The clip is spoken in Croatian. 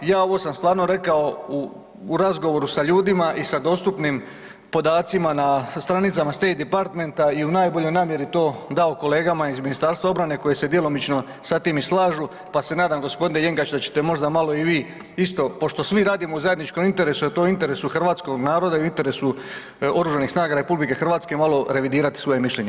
Ja ovo sam stvarno rekao u razgovoru sa ljudima i sa dostupnim podacima na stranica State Departmenta i u najboljoj namjeri to dao kolegama iz Ministarstva obrane koji se djelomično sa tim i slažu, pa se nadam g. Jenkač da ćete možda malo i vi isto, pošto svi radimo u zajedničkom interesu, a to je u interesu hrvatskog naroda i u interesu OS RH, malo revidirati svoje mišljenje.